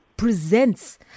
presents